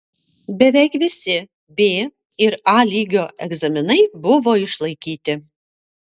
beveik visi b ir a lygio egzaminai buvo išlaikyti